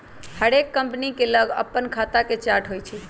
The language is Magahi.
हरेक कंपनी के लग अप्पन खता के चार्ट होइ छइ